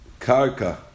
karka